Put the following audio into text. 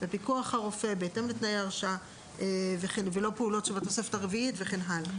בפיקוח הרופא בהתאם לתנאי ההרשאה ולא פעולות שבתוספת הרביעית וכן הלאה.